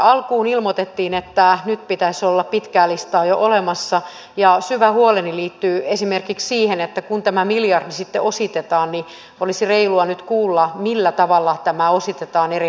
alkuun ilmoitettiin että nyt pitäisi olla pitkää listaa jo olemassa ja syvä huoleni liittyy esimerkiksi siihen että kun tämä miljardi sitten ositetaan niin olisi reilua nyt kuulla millä tavalla tämä ositetaan eri hallintoaloittain